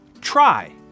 try